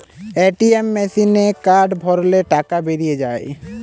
ATM মেসিনে card ভরলে টাকা বেরিয়ে যায়